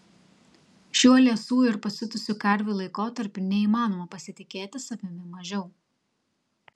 šiuo liesų ir pasiutusių karvių laikotarpiu neįmanoma pasitikėti savimi mažiau